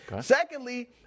Secondly